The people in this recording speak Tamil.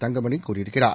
தங்கமணி கூறியிருக்கிறார்